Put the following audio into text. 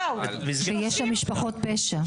ויש שם משפחות פשע.